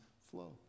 flow